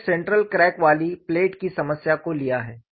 हमने central crack वाली plate की समस्या को लिया है